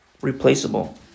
Replaceable